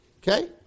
Okay